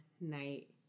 night